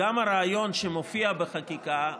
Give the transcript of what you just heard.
גם הרעיון שמופיע בחקיקה,